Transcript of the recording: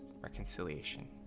reconciliation